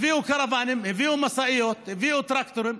הביאו קרוונים, הביאו משאיות, הביאו טרקטורים,